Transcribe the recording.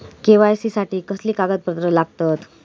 KYC साठी कसली कागदपत्र लागतत?